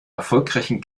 erfolgreichen